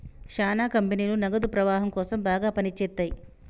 శ్యానా కంపెనీలు నగదు ప్రవాహం కోసం బాగా పని చేత్తయ్యి